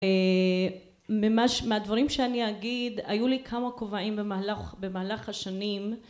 מהדברים שאני אגיד היו לי כמה כובעים במהלך השנים